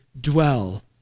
dwell